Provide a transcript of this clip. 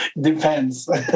depends